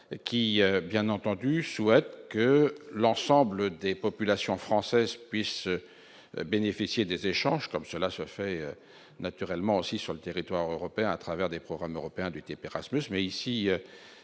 qui, bien entendu, je souhaite que l'ensemble des populations françaises puissent bénéficier des échanges comme cela se fait naturellement aussi sur le territoire européen à travers des programmes européens du TP Rasmus mais ici